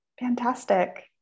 fantastic